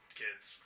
kids